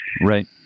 Right